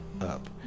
up